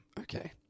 Okay